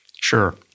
Sure